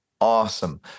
awesome